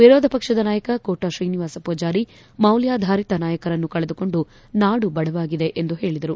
ವಿರೋಧ ಪಕ್ಷದ ನಾಯಕ ಕೋಟಾ ಶ್ರೀನಿವಾಸ ಪೂಜಾರಿ ಮೌಲ್ಯಾಧಾರಿತ ನಾಯಕನನ್ನು ಕಳೆದುಕೊಂಡು ನಾಡು ಬಡವಾಗಿದೆ ಎಂದು ಹೇಳದರು